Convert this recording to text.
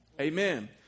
Amen